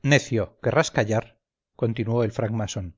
necio querrás callar continuó el francmasón